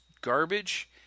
garbage